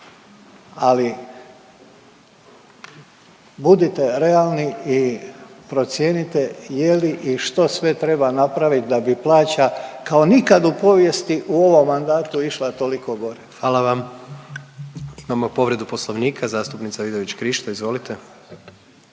ali budite realni i procijenite je li i što sve treba napraviti da bi plaća, kao nikad u povijesti u ovom mandatu išla toliko gore. **Jandroković,